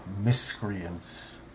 miscreants